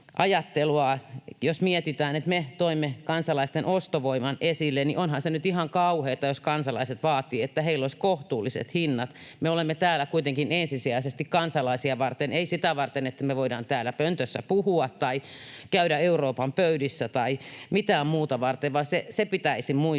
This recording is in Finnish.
jos mietitään, että me toimme kansalaisten ostovoiman esille. Onhan se nyt ihan kauheata, jos kansalaiset vaativat, että heillä olisi kohtuulliset hinnat. Me olemme täällä kuitenkin ensisijaisesti kansalaisia varten, ei sitä varten, että me voidaan täällä pöntössä puhua tai käydä Euroopan pöydissä, tai mitään muuta varten. Se pitäisi muistaa.